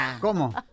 ¿Cómo